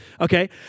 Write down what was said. Okay